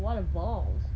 what a bombs